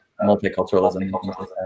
multiculturalism